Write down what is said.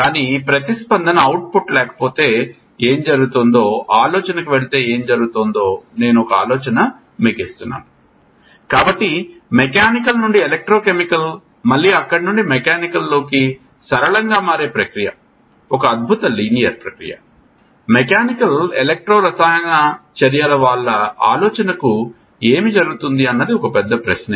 కాని ప్రతిస్పందన అవుట్పుట్ లేకపోతే ఏమి జరుగుతుందో ఆలోచనకు వెళితే ఏమి జరుగుతుందో నేను ఒక ఆలోచన మాత్రమే ఇస్తున్నాను కాబట్టి మెకానికల్ నుండి ఎలక్ట్రో కెమికల్ మళ్ళీ అక్కడ నుండి మెకానికల్ లోకి సరళంగా మారే ప్రక్రియ ఒక అద్భుత లీనియర్ మెకానికల్ ఎలక్ట్రో రసాయన చర్యల వాళ్ళ ఆలోచనకు ఏమి జరుగుతుంది అన్నది పెద్ద ప్రశ్న